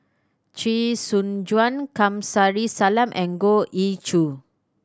Chee Soon Juan Kamsari Salam and Goh Ee Choo